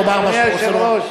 היושב-ראש,